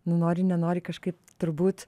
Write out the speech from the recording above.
nu nori nenori kažkaip turbūt